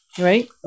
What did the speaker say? Right